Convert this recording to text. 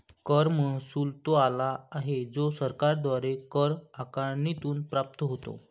कर महसुल तो आला आहे जो सरकारद्वारे कर आकारणीतून प्राप्त होतो